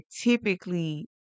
typically